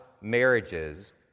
marriages